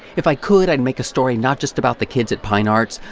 if i could, i'd make a story not just about the kids at pyne arts,